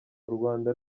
rwanda